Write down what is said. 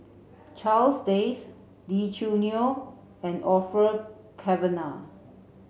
Charles Dyce Lee Choo Neo and Orfeur Cavenagh